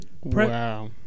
Wow